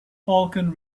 falcon